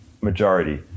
majority